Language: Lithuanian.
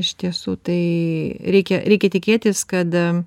iš tiesų tai reikia reikia tikėtis kad